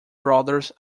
brothers